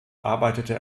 arbeitete